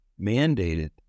mandated